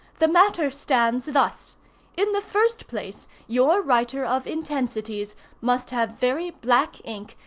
the matter stands thus in the first place your writer of intensities must have very black ink,